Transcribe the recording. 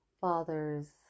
fathers